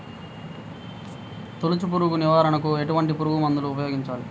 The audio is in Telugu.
తొలుచు పురుగు నివారణకు ఎటువంటి పురుగుమందులు ఉపయోగించాలి?